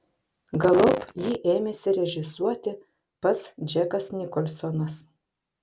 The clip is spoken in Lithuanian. galop jį ėmėsi režisuoti pats džekas nikolsonas